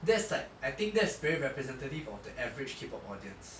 that's like I think that's very representative of the average K pop audience